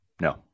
no